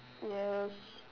yes